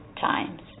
times